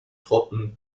truppen